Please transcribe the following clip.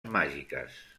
màgiques